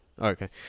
Okay